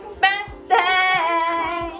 birthday